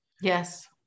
Yes